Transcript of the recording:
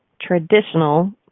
traditional